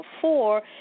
four